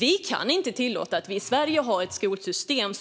Vi kan inte tillåta att vi i Sverige har ett skolsystem